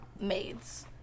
maids